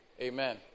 Amen